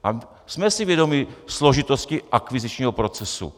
A jsme si vědomi složitosti akvizičního procesu.